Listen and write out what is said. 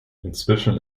inzwischen